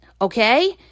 Okay